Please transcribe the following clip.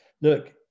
look